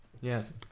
Yes